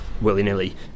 willy-nilly